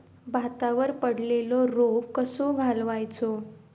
भातावर पडलेलो रोग कसो घालवायचो?